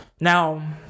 Now